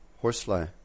horsefly